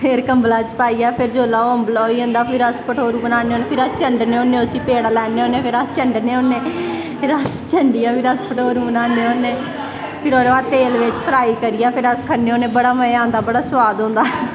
फिर कंबला च पाइयै फिर जिसलै ओह् अम्बला होई जंदे फिर भठोरू बनान्ने होन्ने चंडने होन्ने उसी फ्ही पेड़ा लैन्ने होन्ने फ्ही चंडने होन्ने फिर अस चंडियै फ्र अस भठोरू बनान्ने होन्ने फिर ओह्दे बाद तेल बिच्च फ्राई करियै फिर खन्ने होन्ने बड़ा मज़ा आंदा बड़ा सुआदा आंदा